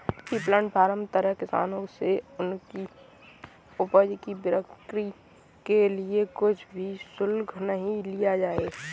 ई platform के तहत किसानों से उनकी उपज की बिक्री के लिए कुछ भी शुल्क नहीं लिया जाएगा